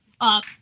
up